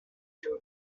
you